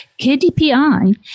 KDPI